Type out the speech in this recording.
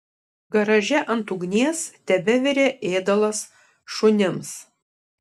garaže ant ugnies tebevirė ėdalas šunims